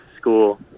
school